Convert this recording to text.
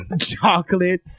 chocolate